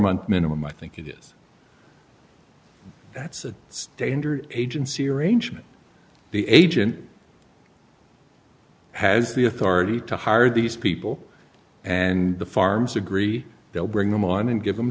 months minimum i think it is that's a standard agency arrangement the agent has the authority to hire these people and the farms agree they'll bring them on and give them